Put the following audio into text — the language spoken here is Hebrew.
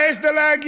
מה יש לה להגיד?